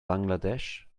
bangladesh